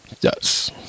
Yes